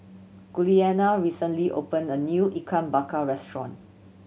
Giuliana recently opened a new Ikan Bakar restaurant